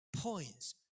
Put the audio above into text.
points